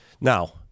Now